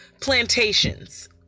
plantations